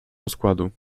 rozkładu